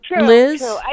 Liz